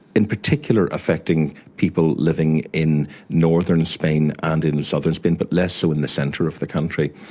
in particular affecting people living in northern spain and in in southern spain, but less so in the centre of the country.